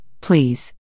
please